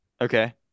Okay